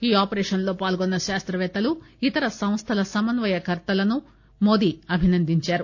ఈ ఆపరేషన్ లో పాల్గొన్న శాస్త్రపేత్తలు ఇతర సంస్థల సమన్వయ కర్తలను మోదీ అభినందించారు